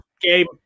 game